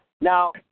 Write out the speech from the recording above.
Now